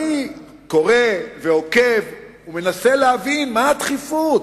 אני קורא, עוקב ומנסה להבין, מה הדחיפות?